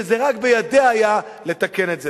ורק בידיה היה לתקן את זה.